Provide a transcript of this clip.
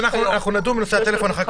נדון בנושא הטלפון אחר כך.